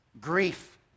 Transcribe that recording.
grief